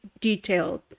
detailed